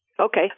Okay